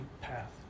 path